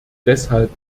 deshalb